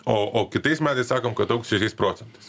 o o kitais metais sakom kad augs šešiais procentais